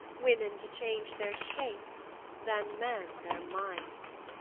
women to change their shapes than men their minds.